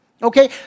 Okay